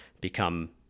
become